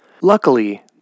Luckily